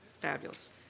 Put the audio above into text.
fabulous